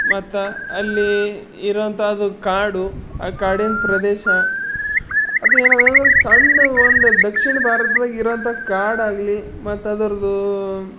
ಮತ್ತು ಅಲ್ಲಿ ಇರೋವಂಥ ಅದು ಕಾಡು ಆ ಕಾಡಿನ ಪ್ರದೇಶ ಅದೇನದಂದ್ರೆ ಸಣ್ಣ ಒಂದ ದಕ್ಷಿಣ ಭಾರತ್ದಾಗ ಇರೋವಂಥ ಕಾಡು ಆಗಲಿ ಮತ್ತು ಅದ್ರದ್ದೂ